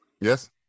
yes